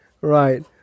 Right